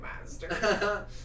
master